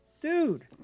dude